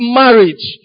marriage